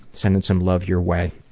sending some love your way.